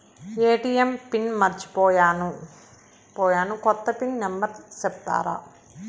ATM pin మర్చిపోయాను పోయాను, కొత్త పిన్ నెంబర్ సెప్తారా?